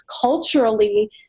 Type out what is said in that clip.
Culturally